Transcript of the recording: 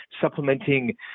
supplementing